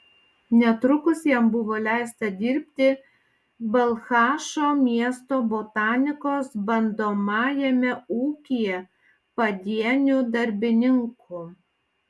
netrukus jam buvo leista dirbti balchašo miesto botanikos bandomajame ūkyje padieniu darbininku